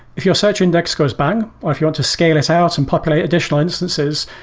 if you search index goes bang or if you want to scale it out and populate additional instances,